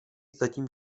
zatím